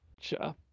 Sure